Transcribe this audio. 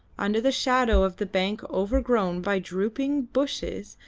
under the shadow of the bank overgrown by drooping bushes,